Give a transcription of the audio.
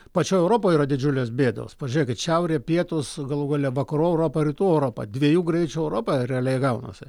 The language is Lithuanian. pačioj europoje yra didžiulės bėdos pažiūrėkit šiaurė pietūs galų gale vakarų europa rytų europa dviejų greičių europa realiai gaunasi